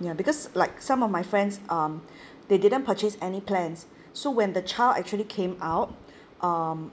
ya because like some of my friends um they didn't purchase any plans so when the child actually came out um